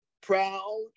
proud